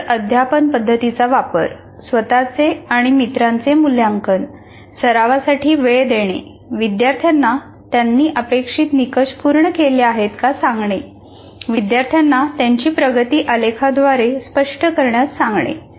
परस्पर अध्यापन पद्धतीचा वापर स्वत चे आणि मित्रांचे मूल्यांकन सरावासाठी वेळ देणे विद्यार्थ्यांना त्यांनी अपेक्षित निकष पूर्ण केले आहेत का हे सांगणे विद्यार्थ्यांना त्यांची प्रगती आलेखाद्वारे स्पष्ट करण्यास सांगणे